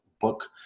book